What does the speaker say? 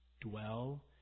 dwell